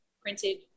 printed